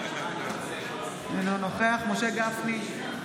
אינו נוכח משה גפני,